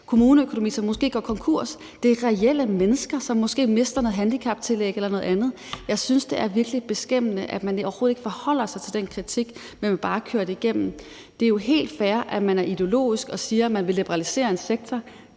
kommune måske går konkurs. Det er reelle mennesker, som måske mister et handicaptillæg eller noget andet. Jeg synes, det er virkelig beskæmmende, at man overhovedet ikke forholder sig til den kritik, men bare vil køre det igennem. Det er jo helt fair, at man er ideologisk og siger, at man vil liberalisere en sektor.